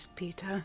Peter